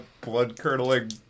blood-curdling